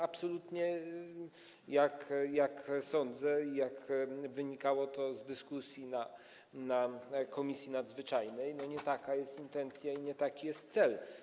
Absolutnie, jak sądzę i jak wynikało to z dyskusji w Komisji Nadzwyczajnej, nie taka jest intencja i nie taki jest cel.